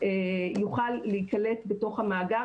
יוכל להיקלט בתוך המאגר.